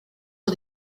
sur